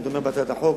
אני תומך בהצעת החוק,